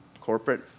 corporate